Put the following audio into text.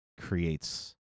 creates